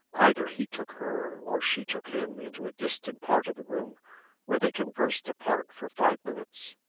either he took her or she took him into a distant part of the room where they conversed apart for five minutes.